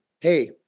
Hey